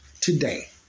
today